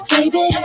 Baby